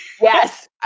Yes